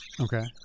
Okay